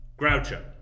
Groucho